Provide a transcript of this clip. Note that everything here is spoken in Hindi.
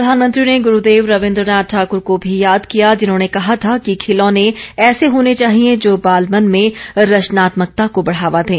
प्रधानमंत्री ने गुरूदेव रवीन्द्र नाथ ठाकुर को भी याद किया जिन्होंने कहा था कि खिलौने ऐसे होने चाहिए जो बालमन में रचनात्मकता को बढ़ावा दें